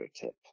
tip